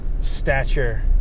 stature